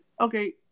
okay